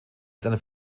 seiner